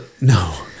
No